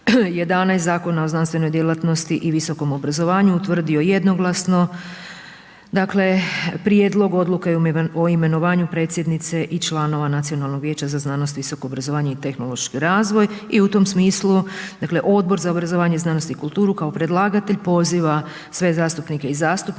Zakona o znanstvenoj djelatnosti i visokom obrazovanju utvrdio jednoglasno, dakle prijedlog odluke o imenovanju predsjednice i članova Nacionalnog vijeća za znanost i visoko obrazovanje i tehnološki razvoj i u tom smislu dakle Odbor za obrazovanje i znanost i kulturu kao predlagatelj poziva sve zastupnike i zastupnice